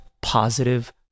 positive